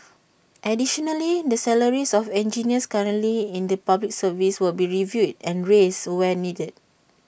additionally the salaries of engineers currently in the Public Service will be reviewed and raised where needed